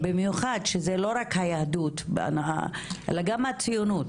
במיוחד שזה לא רק היהדות אלא גם הציונות.